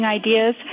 ideas